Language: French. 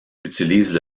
utilise